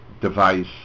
device